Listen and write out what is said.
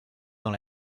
dans